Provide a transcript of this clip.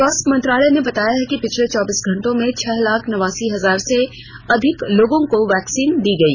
स्वास्थ्य मंत्रालय ने बताया है कि पिछले चौबीस घंटों में छह लाख नवासी हजार से अधिक लोगों को वैक्सीन दी गई